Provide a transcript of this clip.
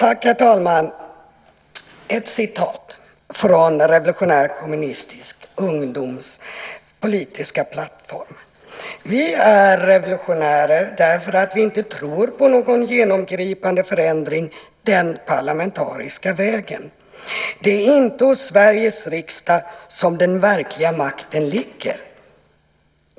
Herr talman! Ett citat från Revolutionär Kommunistisk Ungdoms politiska plattform: "Vi är revolutionärer därför att vi inte tror på någon genomgripande förändring den parlamentariska vägen, det är inte hos Sveriges riksdag som den verkliga makten ligger."